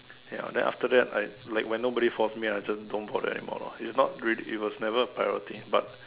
ya then after that I like when nobody force me I just don't bother anymore lor it's not really it was never a priority but